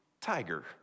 Tiger